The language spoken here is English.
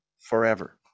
forever